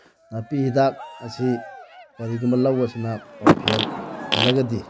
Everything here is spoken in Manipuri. ꯅꯥꯄꯤ ꯍꯤꯗꯥꯛ ꯑꯁꯤ ꯀꯔꯤꯒꯨꯝꯕ ꯂꯧ ꯑꯁꯤꯅ ꯄꯥꯝꯐꯦꯜ ꯍꯨꯜꯂꯒꯗꯤ